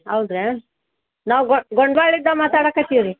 ಹೌದ್ರಾ ನಾವು ಗೊಂಡ್ವಾಳಿಂದ ಮಾತಾಡಕತ್ತೀವಿ ರೀ